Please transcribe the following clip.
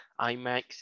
IMAX